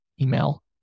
email